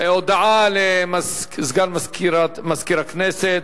הודעה לסגן מזכירת הכנסת,